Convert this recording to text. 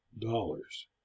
dollars